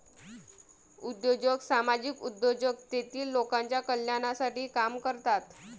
उद्योजक सामाजिक उद्योजक तेतील लोकांच्या कल्याणासाठी काम करतात